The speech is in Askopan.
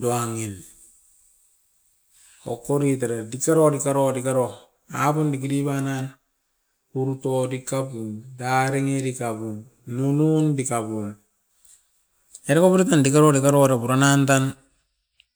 duangin. Okori tera dikaro dikaro dikaro apun diki dibanan urut o dikapum, darengeri kapum, nunun dikapum. Era wauari tan dikaro dikaro aro pura nan tan.